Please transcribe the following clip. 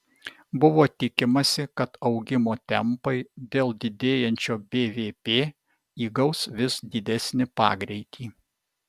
buvo tikimasi kad augimo tempai dėl didėjančio bvp įgaus vis didesnį pagreitį